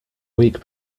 week